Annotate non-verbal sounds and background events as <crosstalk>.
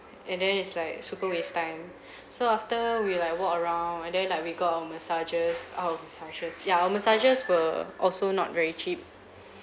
and then it's like super waste time <breath> so after we like walk around and then like we our massages our massages ya our massages were also not very cheap <breath>